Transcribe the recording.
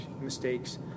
mistakes